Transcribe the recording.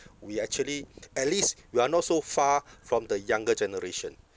we actually at least we are not so far from the younger generation